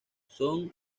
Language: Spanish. son